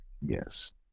Yes